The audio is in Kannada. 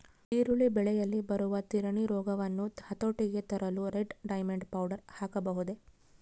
ಈರುಳ್ಳಿ ಬೆಳೆಯಲ್ಲಿ ಬರುವ ತಿರಣಿ ರೋಗವನ್ನು ಹತೋಟಿಗೆ ತರಲು ರೆಡ್ ಡೈಮಂಡ್ ಪೌಡರ್ ಹಾಕಬಹುದೇ?